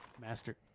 Master